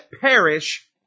perish